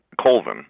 Colvin